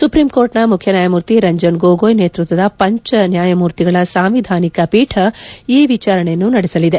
ಸುಪ್ರೀಂಕೋರ್ಟ್ನ ಮುಖ್ಯನ್ಯಾಯಮೂರ್ತಿ ರಂಜನ್ ಗೊಗೋಯ್ ನೇತೃತ್ವದ ಪಂಚ ನ್ಯಾಯಮೂರ್ತಿಗಳ ಸಾಂವಿಧಾನಿಕ ಪೀಠ ಈ ವಿಚಾರಣೆಯನ್ನು ನಡೆಸಲಿದೆ